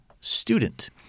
student